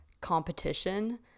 competition